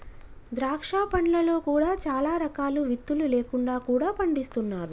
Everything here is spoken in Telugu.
ద్రాక్ష పండ్లలో కూడా చాలా రకాలు విత్తులు లేకుండా కూడా పండిస్తున్నారు